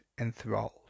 enthralled